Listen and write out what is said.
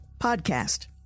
podcast